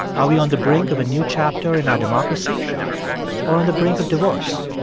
are we on the brink of a new chapter in our democracy or on the brink of divorce?